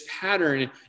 pattern